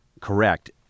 correct